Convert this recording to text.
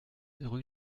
rue